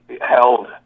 held